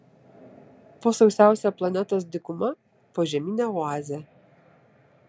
po sausiausia planetos dykuma požeminė oazė